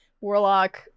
warlock